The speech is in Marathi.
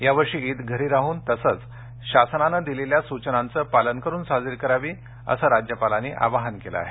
यावर्षी ईद घरी राहून तसेच शासनाने दिलेल्या सूचनांचे पालन करून साजरी करावी असं राज्यपालांनी आवाहन केलं आहे